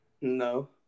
No